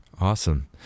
Awesome